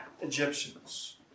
Egyptians